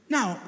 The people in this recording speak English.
Now